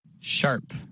Sharp